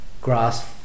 grass